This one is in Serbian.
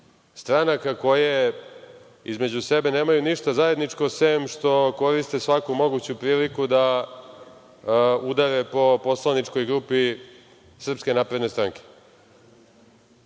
stranaka koje između sebe nemaju ništa zajedničko sem što koriste svaku moguću priliku da udare po poslaničkoj grupi SNS. Mi poštujemo svaku